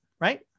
right